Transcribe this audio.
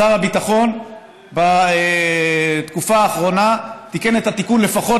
שר הביטחון תיקן בתקופה האחרונה את התיקון לפחות